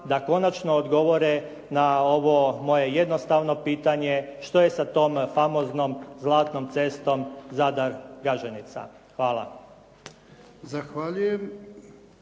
da konačno odgovore na ovo moje jednostavno pitanje što je sa tom famoznom zlatnom cestom «Zadar-Galženica»? Hvala.